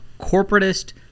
corporatist